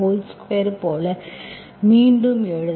11xy2 போல மீண்டும் எழு